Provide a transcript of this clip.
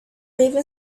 even